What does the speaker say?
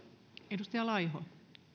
arvoisa